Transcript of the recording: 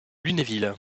lunéville